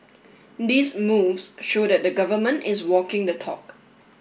these moves show that the government is walking the talk